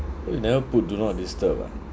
why you never put do not disturb ah